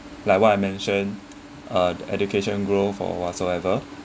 like what I mentioned uh education growth or whatsoever